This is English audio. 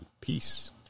Peace